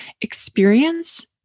experience